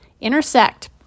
intersect